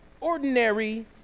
ordinary